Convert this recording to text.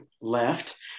left